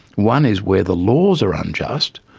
one is where the laws are unjust,